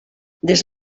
des